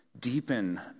deepen